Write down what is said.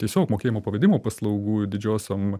tiesiog mokėjimo pavedimo paslaugų didžiosiom